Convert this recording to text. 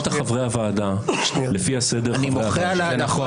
שלפי סדר חברי הוועדה.